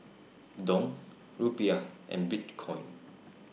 Dong Rupiah and Bitcoin